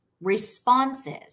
responses